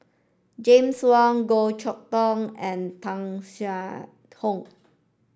James Wong Goh Chok Tong and Tung Chye Hong